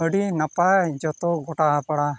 ᱟᱹᱰᱤ ᱱᱟᱯᱟᱭ ᱡᱚᱛᱚ ᱜᱚᱴᱟ ᱯᱟᱲᱟ